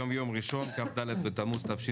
היום יום ראשון, 4 ביולי 2021, כ"ד בתמוז התשפ"א.